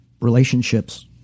relationships